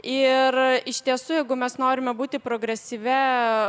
ir iš tiesų jeigu mes norime būti progresyvia